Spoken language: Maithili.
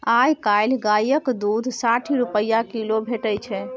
आइ काल्हि गायक दुध साठि रुपा किलो भेटै छै